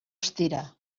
estira